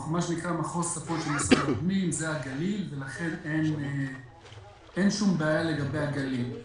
מחוז צפון של משרד הפנים זה הגליל ולכן אין שום בעיה לגבי הגליל.